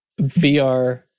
VR